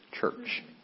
church